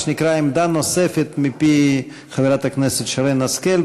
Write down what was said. מה שנקרא, עמדה נוספת מפי חברת הכנסת שרן השכל.